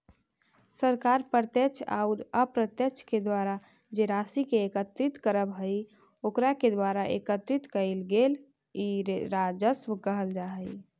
सरकार प्रत्यक्ष औउर अप्रत्यक्ष के द्वारा जे राशि के एकत्रित करवऽ हई ओकरा के द्वारा एकत्रित कइल गेलई राजस्व कहल जा हई